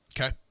Okay